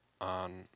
on